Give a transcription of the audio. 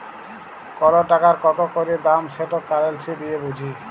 call টাকার কত ক্যইরে দাম সেট কারেলসি দিঁয়ে বুঝি